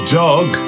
dog